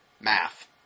math